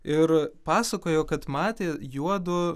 ir pasakojo kad matė juodu